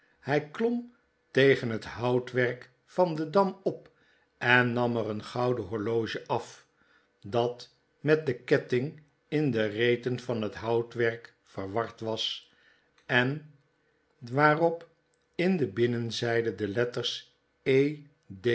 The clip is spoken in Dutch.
hij klom tegen het houtwerk van den dam op en nam er een gouden horloge af dat met den ketting in de reten van het houtwerk verward was en waarop in de binnenzijde de letters